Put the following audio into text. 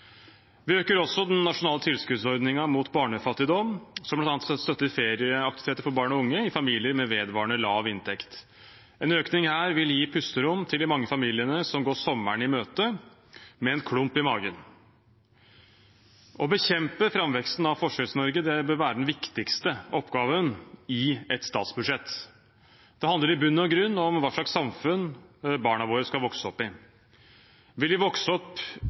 Vi øker også den nasjonale tilskuddsordningen mot barnefattigdom, som bl.a. støtter ferieaktiviteter for barn og unge i familier med vedvarende lav inntekt. En økning her vil gi et pusterom til de mange familiene som går sommeren i møte med en klump i magen. Å bekjempe framveksten av Forskjells-Norge bør være den viktigste oppgaven i et statsbudsjett. Det handler i bunn og grunn om hva slags samfunn barna våre skal vokse opp i. Vil de vokse opp